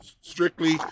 strictly